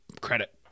credit